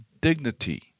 dignity